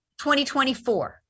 2024